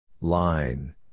Line